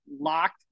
locked